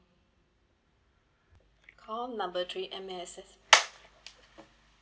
call number three M_S_F